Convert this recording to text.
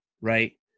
right